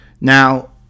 Now